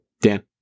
Dan